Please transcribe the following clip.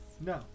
No